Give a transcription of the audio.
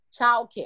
childcare